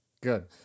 good